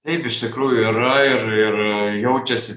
taip iš tikrųjų yra ir ir jaučiasi